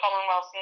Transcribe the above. Commonwealth